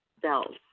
cells